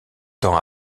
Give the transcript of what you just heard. temps